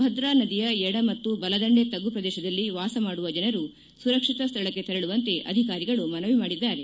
ಭದ್ರಾ ನದಿಯ ಎಡ ಮತ್ತು ಬಲ ದಂಡೆ ತಗ್ಗು ಪ್ರದೇಶದಲ್ಲಿ ವಾಸಮಾಡುವ ಜನರು ಸುರಕ್ಷಿತ ಸ್ಥಳಕ್ಕೆ ತೆರಳುವಂತೆ ಅಧಿಕಾರಿಗಳು ಮನವಿ ಮಾಡಿದ್ದಾರೆ